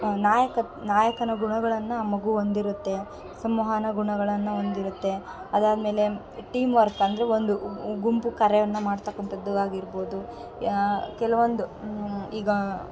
ನಾಯಕತ್ ನಾಯಕನ ಗುಣಗಳನ್ನು ಮಗು ಹೊಂದಿರುತ್ತೆ ಸಂವಹನ ಗುಣಗಳನ್ನು ಹೊಂದಿರುತ್ತೆ ಅದಾದ್ಮೇಲೆ ಟೀಮ್ ವರ್ಕ್ ಅಂದ್ರೆ ಒಂದು ಗುಂಪು ಕಾರ್ಯವನ್ನು ಮಾಡ್ತಕ್ಕಂಥದ್ದು ಆಗಿರ್ಬೌದು ಕೆಲವೊಂದು ಈಗ